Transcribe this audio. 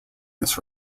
this